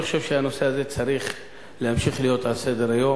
אני חושב שהנושא הזה צריך להמשיך להיות על סדר-היום,